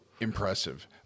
impressive